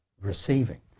receiving